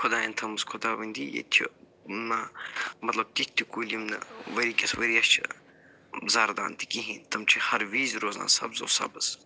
خۄدایَن تھٲومٕژ خُداؤندی ییٚتہِ چھِ نا مطلب تِتھۍ تہِ کُلۍ یِم نہٕ ؤری کِس ؤرِیَس چھِ زردان تہِ کِہیٖنۍ تِم چھِ ہر وِزِ روزان سبزو سبز